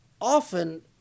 often